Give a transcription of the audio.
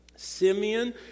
Simeon